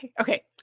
okay